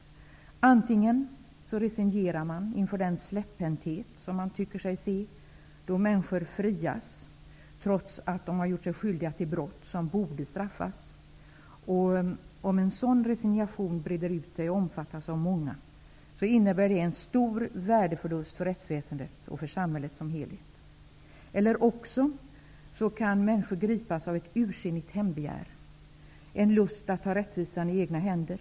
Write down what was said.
Man kan resignera inför den släpphänthet som man tycker sig se, då människor frias trots att de har gjort sig skyldiga till brott som borde straffas. Om en sådan resignation breder ut sig och omfattas av många, innebär det en stor värdeförlust för rättsväsendet och för samhället som helhet. Men människor kan i stället gripas av ett ursinnigt hämndbegär, en lust att ta rättvisan i egna händer.